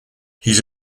his